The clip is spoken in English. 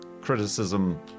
criticism